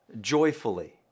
joyfully